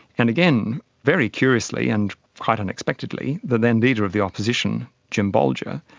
and again, very curiously and quite unexpectedly, the then leader of the opposition, jim bolger,